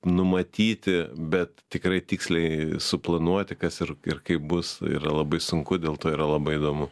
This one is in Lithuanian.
numatyti bet tikrai tiksliai suplanuoti kas ir ir kaip bus yra labai sunku dėl to yra labai įdomu